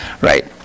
Right